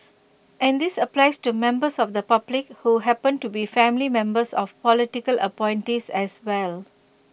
and this applies to members of the public who happen to be family members of political appointees as well